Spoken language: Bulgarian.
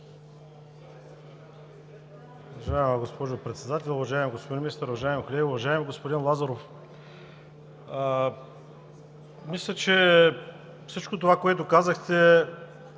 Уважаема госпожо Председател, уважаеми господин Министър, уважаеми колеги! Уважаеми господин Лазаров, мисля, че всичко това, което казахте,